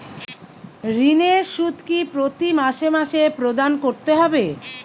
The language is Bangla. ঋণের সুদ কি প্রতি মাসে মাসে প্রদান করতে হবে?